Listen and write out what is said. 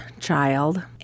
child